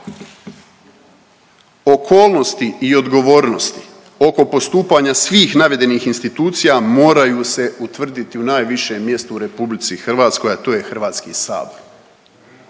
Okolnosti i odgovornosti oko postupanja svih navedenih institucija moraju se utvrditi u najvišem mjestu u RH, a to je Hrvatski sabor.